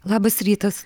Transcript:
labas rytas